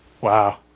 Wow